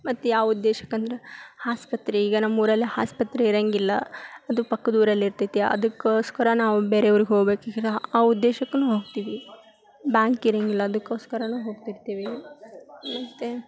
ಮತ್ತು ಯಾವ ಉದ್ದೇಶಕಂದ್ರೆ ಆಸ್ಪತ್ರೆ ಈಗ ನಮ್ಮೂರಲ್ಲಿ ಆಸ್ಪತ್ರೆ ಇರಂಗಿಲ್ಲ ಅದು ಪಕ್ಕದ ಊರಲ್ಲಿ ಇರ್ತೈತಿ ಅದಕ್ಕೋಸ್ಕರ ನಾವು ಬೇರೆ ಊರಿಗೆ ಹೋಗ್ಬೇಕು ಆ ಉದ್ದೇಶಕ್ಕುನು ಹೋಗ್ತೀವಿ ಬ್ಯಾಂಕ್ ಇರಂಗಿಲ್ಲ ಅದಕ್ಕೋಸ್ಕರನು ಹೋಗ್ತಿರ್ತೀವಿ ಮತ್ತು